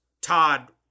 Todd